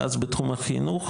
ואז בתחום החינוך,